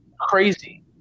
Crazy